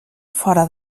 fora